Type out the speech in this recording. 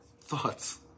Thoughts